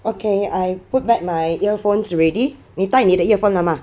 okay I put back my earphones already 你带你的 earphone 了吗